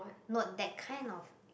note that kind of